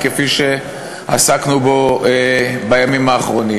שעסקנו בו בימים האחרונים,